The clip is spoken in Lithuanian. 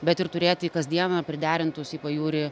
bet ir turėti kasdieną priderintus į pajūrį